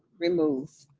removed?